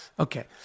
Okay